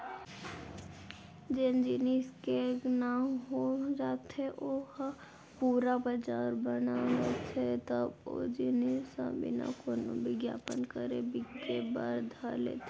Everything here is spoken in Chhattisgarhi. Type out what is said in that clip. जेन जेनिस के नांव हो जाथे ओ ह पुरा बजार बना लेथे तब ओ जिनिस ह बिना कोनो बिग्यापन करे बिके बर धर लेथे